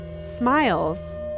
smiles